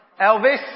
Elvis